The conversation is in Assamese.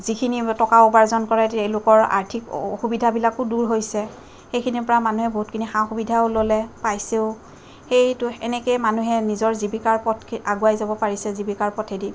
যিখিনি টকা উপাৰ্জন কৰে সেই লোকৰ আৰ্থিক অসুবিধাবিলাকো দূৰ হৈছে সেইখিনিৰ পৰা মানুহে বহুতখিনি সা সুবিধাও ল'লে পাইছেও সেইটো এনেকে মানুহে নিজৰ জীৱিকাৰ পথ আগুৱাই যাব পাৰিছে জীৱিকাৰ পথেদি